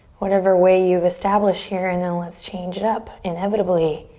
whatever way you've established here and then let's change it up. inevitably